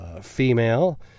Female